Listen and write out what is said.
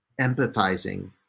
empathizing